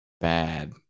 bad